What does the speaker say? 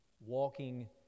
Walking